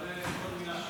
שווה כל מילה שאמרת.